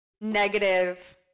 Negative